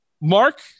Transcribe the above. Mark